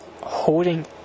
holding